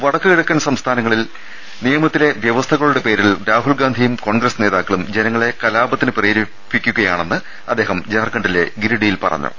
വടക്കുകിഴക്കൻ സംസ്ഥാനങ്ങളിൽ നിയമത്തിലെ വൃവസ്ഥകളുടെ പേരിൽ രാഹുൽഗാന്ധിയും കോൺഗ്രസ് നേതാക്കളും ജനങ്ങളെ കലാപത്തിന് പ്രേരിപ്പിക്കുകയാണെന്നും അദ്ദേഹം ജാർഖണ്ഡിലെ ഗിരിഡിയിൽ പറ ഞ്ഞു